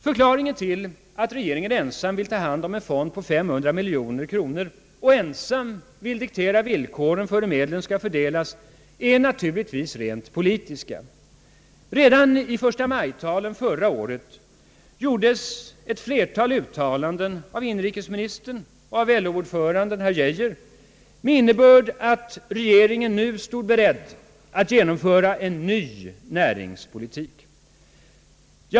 Förklaringen till att regeringen ensam vill ta hand om en fond på 500 miljoner kronor och ensam vill diktera villkoren för hur medlen skall fördelas är måhända rent politisk. Redan i första-maj-talen förra året gjor des ett flertal uttalanden — bl.a. av inrikesministern Rune Johansson och LO-ordföranden Arne Geijer — med innebörden att regeringen nu stod beredd att genomföra en ny näringspolitik.